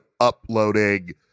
uploading